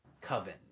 coven